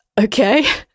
Okay